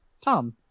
Tom